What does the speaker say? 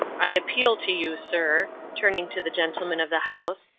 i appeal to you, sir, turning to the gentleman of the house,